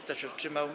Kto się wstrzymał?